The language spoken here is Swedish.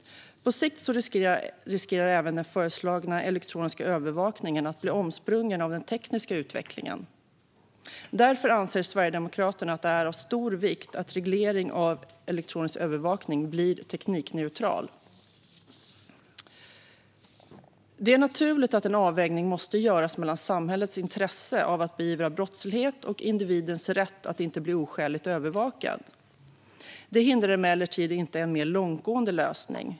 På sikt riskerar även den föreslagna elektroniska övervakningen att bli omsprungen av den tekniska utvecklingen. Därför anser Sverigedemokraterna att det är av stor vikt att reglering av elektronisk övervakning blir teknikneutral. Det är naturligt att en avvägning måste göras mellan samhällets intresse av att beivra brottslighet och individens rätt att inte bli oskäligt övervakad. Det hindrar emellertid inte en mer långtgående lösning.